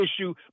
issue